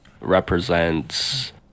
represents